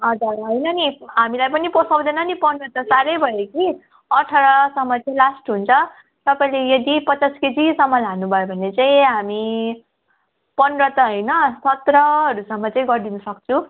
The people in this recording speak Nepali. हजुर होइन नि हामीलाई पनि पोसाउँदैन नि पन्ध्र त साह्रै भयो कि अठारसम्म चाहिँ लास्ट हुन्छ तपाईँले यदि पचास केजीसम्म लानुभयो भने चाहिँ हामी पन्ध्र त होइन सत्रहहरूसम्म चाहिँ गरिदिनु सक्छु